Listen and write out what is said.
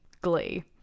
Glee